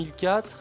2004